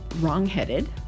wrong-headed